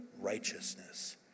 righteousness